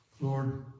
Lord